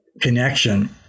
connection